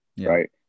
right